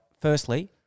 firstly